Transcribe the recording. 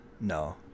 No